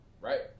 right